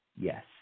yes